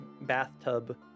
bathtub